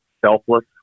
selfless